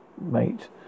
mate